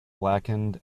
blackened